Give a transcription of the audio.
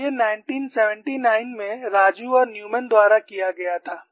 और यह 1979 में राजू और न्यूमैन द्वारा किया गया था